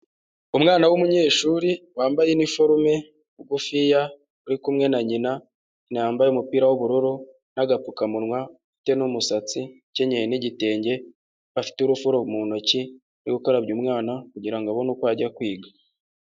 Umwana w'umunyeshuri wambaye iniforume mugufiya uri kumwe na nyina yambaye umupira w'ubururu n'agapfukamunwa afite n'umusatsi ukenyeye n'igitenge, afite urufuro mu ntoki rwo gukarabya umwana kugira ngo abone uko ajya kwiga.